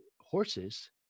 horses